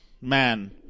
man